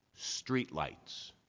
streetlights